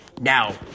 Now